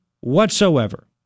whatsoever